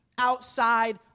outside